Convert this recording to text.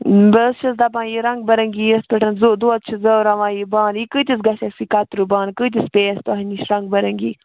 بہٕ حظ چھَس دَپان یہِ رَنٛگ بہ رٔنٛگی یِتھٕ پٲٹھۍ دۄد چھِ زیٚوٕراوان یہِ بانہٕ یہِ کٕتِس گژھِ اَسہِ یہِ کَتریو بانہٕ کٕتِس پیٚیہِ اَسہِ تۄہہِ نِش رَنگ بہ رٔنگی